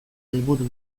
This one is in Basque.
helburu